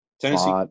Tennessee